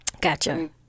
Gotcha